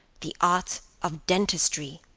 the art of dentistry.